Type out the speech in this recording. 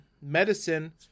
medicine